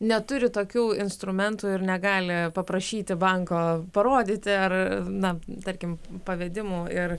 neturi tokių instrumentų ir negali paprašyti banko parodyti ar na tarkim pavedimų ir